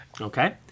Okay